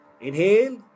Inhale